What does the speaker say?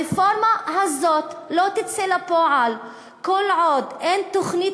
הרפורמה הזאת לא תצא לפועל כל עוד אין תוכנית